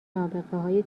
نابغههای